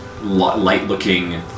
light-looking